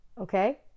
Okay